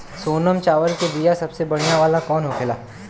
सोनम चावल के बीया सबसे बढ़िया वाला कौन होखेला?